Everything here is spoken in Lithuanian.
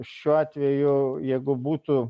šiuo atveju jeigu būtų